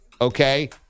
okay